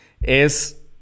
Es